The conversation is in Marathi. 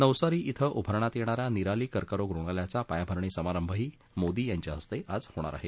नवसारी इथं उभारण्यात येणा या निराली कर्करोग रुग्णालयाचा पायाभरणी समारभही मोदी यांच्या हस्ते आज होणार आहे